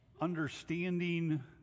understanding